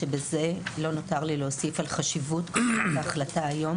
לא נותר לי להוסיף על חשיבות ההחלטה היום